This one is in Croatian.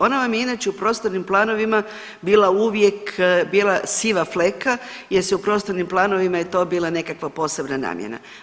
Ona vam je inače u prostornim planovima bila uvijek bijela, siva fleka jer se u prostornim planovima je to bila nekakva posebna namjena.